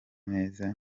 neza